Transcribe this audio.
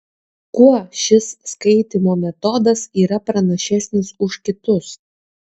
kuo šis skaitymo metodas yra pranašesnis už kitus